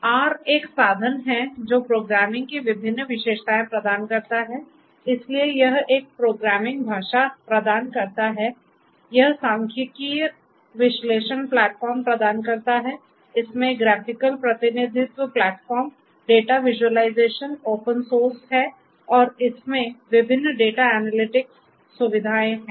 तो R एक साधन है जो प्रोग्रामिंग की विभिन्न विशेषताएं प्रदान करता है इसलिए यह एक प्रोग्रामिंग भाषा प्रदान करता है यह सांख्यिकीय विश्लेषण प्लेटफ़ॉर्म प्रदान करता है इसमें ग्राफ़िकल प्रतिनिधित्व platform data visualisation open source है और इसमें विभिन्न डेटा एनालिटिक्स सुविधाएँ हैं